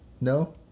no